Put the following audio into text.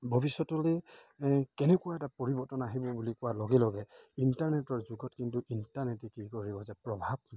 ভৱিষ্যতলৈ কেনেকুৱা এটা পৰিৱৰ্তন আহিব বুলি কোৱাৰ লগে লগে ইণ্টাৰনেটৰ যুগত কিন্তু ইণ্টাৰনেটে কি কৰিব যে প্ৰভাৱ